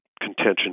contention